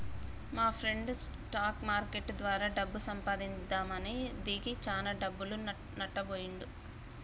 మాప్రెండు stock market ద్వారా డబ్బు సంపాదిద్దామని దిగి చానా డబ్బులు నట్టబొయ్యిండు